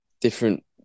different